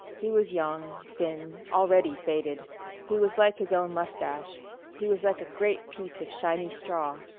he was young, thin, already faded he was like his own mustache he was like a great piece of shiny straw.